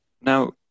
Now